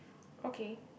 okay